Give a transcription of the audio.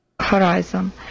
horizon